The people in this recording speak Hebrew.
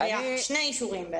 שני אישורים.